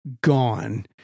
Gone